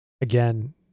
again